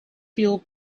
feel